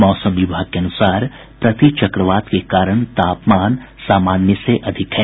मौसम विभाग के अनुसार प्रति चक्रवात के कारण तापमान सामान्य से अधिक है